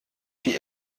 die